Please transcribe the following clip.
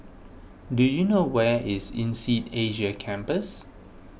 do you know where is Insead Asia Campus